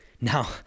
Now